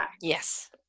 Yes